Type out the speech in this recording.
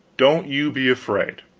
don't you be afraid,